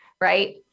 right